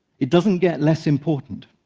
it doesn't get less important.